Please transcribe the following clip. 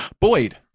Boyd